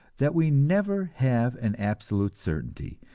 that we never have an absolute certainty,